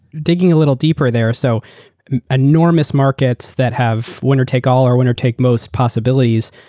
digging a little deeper there, so enormous markets that have winner-take-all or winner-take-most possibilities,